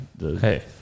hey